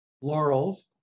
laurels